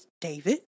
David